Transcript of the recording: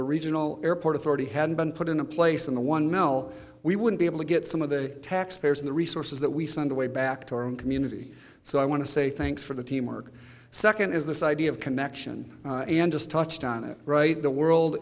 the regional airport authority hadn't been put into place in the one mil we would be able to get some of the taxpayers in the resources that we send away back to our own community so i want to say thanks for the teamwork second is this idea of connection and just touched on it right the world